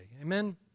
Amen